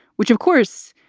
which, of course,